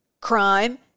crime